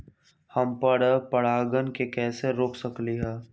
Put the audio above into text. हम पर परागण के कैसे रोक सकली ह?